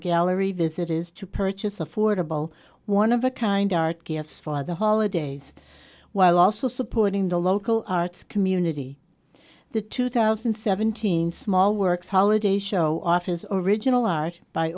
gallery visitors to purchase affordable one of a kind art gifts for the holidays while also supporting the local arts community the two thousand and seventeen small works holiday show office or original art by